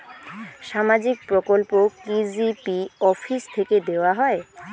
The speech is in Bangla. সামাজিক প্রকল্প কি জি.পি অফিস থেকে দেওয়া হয়?